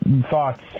Thoughts